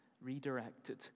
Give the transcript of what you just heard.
redirected